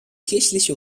kirchliche